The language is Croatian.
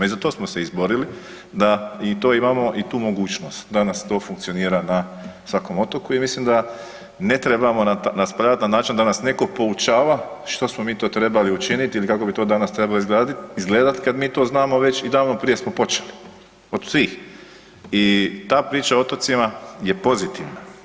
I za to smo se izborili da i to imamo i tu mogućnost, danas to funkcionira na svakom otoku i mislim da ne trebamo na … [[Govornik se ne razumije]] način da nas neko poučava što smo mi to trebali učiniti ili kako bi to danas trebalo izgledat kad mi to znamo već i davno prije smo počeli od svih i ta priča o otocima je pozitivna.